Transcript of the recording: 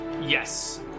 Yes